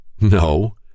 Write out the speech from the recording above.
No